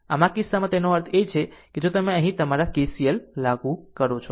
આમ આ કિસ્સામાં તેનો અર્થ એ કે જો તમે અહીં તમારા KCL લાગુ કરો છો